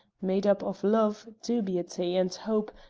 made up of love, dubiety, and hope,